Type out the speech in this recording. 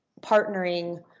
partnering